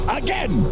again